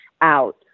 out